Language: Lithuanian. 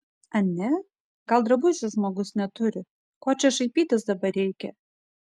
ane gal drabužių žmogus neturi ko čia šaipytis dabar reikia